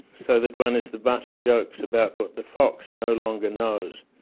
so that one is the butt of jokes about what the fox no longer knows.